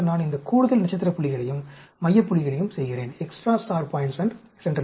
பின்னர் நான் இந்த கூடுதல் நட்சத்திர புள்ளிகளையும் மைய புள்ளியையும் செய்கிறேன்